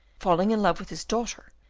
falling in love with his daughter,